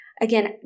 Again